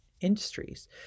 industries